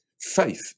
Faith